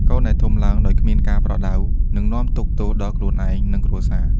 កូនដែលធំឡើងដោយគ្មានការប្រដៅ នឹងនាំទុក្ខទោសដល់ខ្លួនឯង និងគ្រួសារ។